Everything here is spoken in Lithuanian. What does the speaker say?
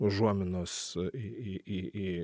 užuominos į į į į